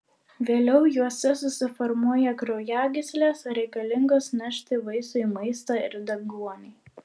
vėliau juose susiformuoja kraujagyslės reikalingos nešti vaisiui maistą ir deguonį